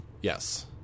Yes